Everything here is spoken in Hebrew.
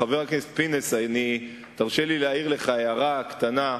חבר הכנסת פינס, תרשה לי להעיר לך הערה קטנה.